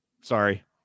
Sorry